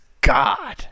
God